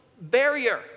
barrier